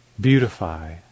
beautify